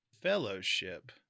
fellowship